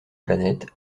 planète